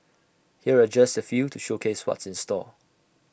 here are just A few to showcase what's in store